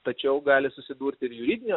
tačiau gali susidurti ir juridinio